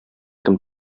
кем